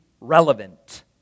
relevant